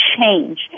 change